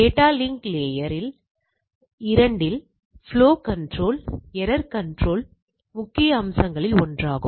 data link layer 2 இல் flow control error control முக்கிய அம்சங்களில் ஒன்றாகும்